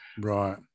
Right